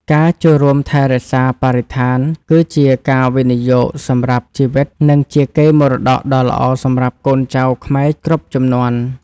ការចូលរួមថែរក្សាបរិស្ថានគឺជាការវិនិយោគសម្រាប់ជីវិត និងជាកេរមរតកដ៏ល្អសម្រាប់កូនចៅខ្មែរគ្រប់ជំនាន់។